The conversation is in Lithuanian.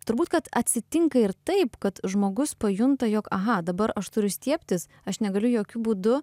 turbūt kad atsitinka ir taip kad žmogus pajunta jog aha dabar aš turiu stiebtis aš negaliu jokiu būdu